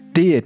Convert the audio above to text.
Det